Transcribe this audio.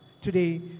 Today